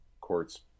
courts